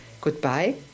Goodbye